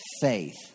faith